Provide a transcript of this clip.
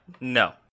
No